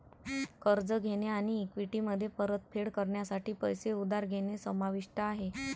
कर्ज घेणे आणि इक्विटीमध्ये परतफेड करण्यासाठी पैसे उधार घेणे समाविष्ट आहे